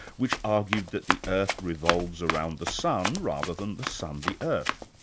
which argued that the earth revolves around the sun rather than the sun the earth,